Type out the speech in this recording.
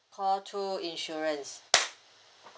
call two insurance